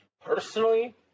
personally